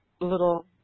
little